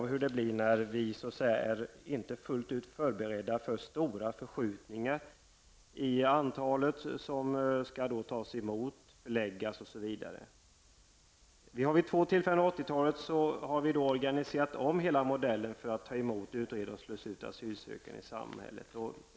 Vi har fått känna av hur det blir när vi inte är förberedda på stora förskjutningar i det antal flyktingar som skall tas emot, förläggas på lämpligt ställe osv. Vid två tillfällen under 80-talet har vi organiserat om vår modell för att ta emot asylsökande, utreda deras situation och slussa ut dem i samhället.